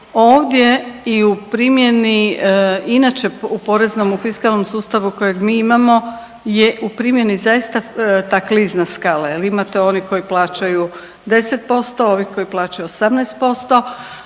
Ovdje i u primjeni, inače u poreznom, u fiskalnom sustavu kojeg mi imamo je u primjeni zaista ta klizna skala jel imate onih koji plaćaju 10%, ovi koji plaćaju 18%,